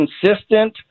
consistent